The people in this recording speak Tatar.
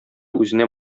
үзенә